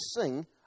sing